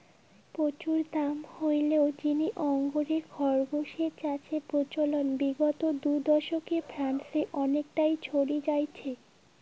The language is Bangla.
প্রচুর দাম হওয়ার জিনে আঙ্গোরা খরগোস চাষের প্রচলন বিগত দু দশকে ফ্রান্সে অনেকটা ছড়ি যাইচে